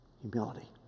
Humility